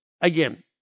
again